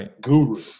guru